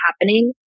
happening